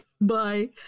Bye